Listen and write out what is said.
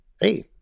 Hey